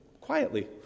quietly